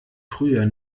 früher